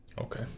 Okay